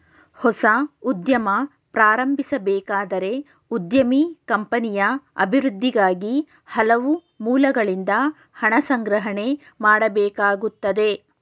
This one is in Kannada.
ಹೊಸ ಉದ್ಯಮ ಪ್ರಾರಂಭಿಸಬೇಕಾದರೆ ಉದ್ಯಮಿ ಕಂಪನಿಯ ಅಭಿವೃದ್ಧಿಗಾಗಿ ಹಲವು ಮೂಲಗಳಿಂದ ಹಣ ಸಂಗ್ರಹಣೆ ಮಾಡಬೇಕಾಗುತ್ತದೆ